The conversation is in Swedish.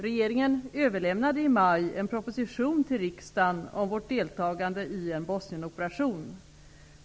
Regeringen överlämnade i maj en proposition till riksdagen om vårt deltagande i en Bosnienoperation.